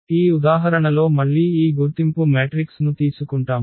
ఈ ఉదాహరణలో మళ్ళీ ఈ గుర్తింపు మ్యాట్రిక్స్ ను తీసుకుంటాము